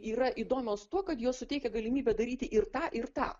yra įdomios tuo kad jos suteikia galimybę daryti ir tą ir tą